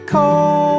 Cold